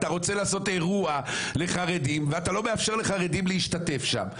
אתה רוצה לעשות אירוע לחרדים ואתה לא מאפשר לחרדים להשתתף שם.